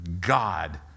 God